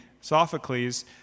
Sophocles